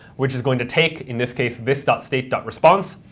which is going to take in this case this state state response,